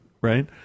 right